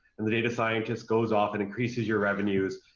and the data scientist goes off and increases your revenues,